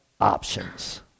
options